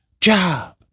job